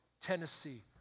Tennessee